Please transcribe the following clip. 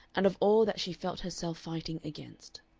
and of all that she felt herself fighting against.